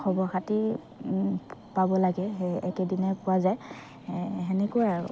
খবৰ খাতি পাব লাগে সেই একেদিনাই পোৱা যায় সেনেকুৱাই আৰু